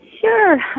Sure